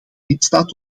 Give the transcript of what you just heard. lidstaat